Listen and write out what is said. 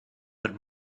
that